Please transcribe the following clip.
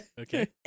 Okay